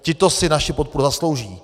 Tito si naši podporu zaslouží.